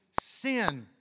sin